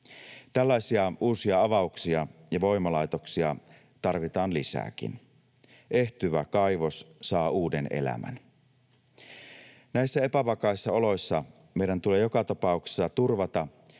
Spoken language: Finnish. Tällaisia uusia avauksia ja voimalaitoksia tarvitaan lisääkin. Ehtyvä kaivos saa uuden elämän. Näissä epävakaissa oloissa meidän tulee joka tapauksessa turvata